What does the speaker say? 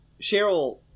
cheryl